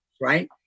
right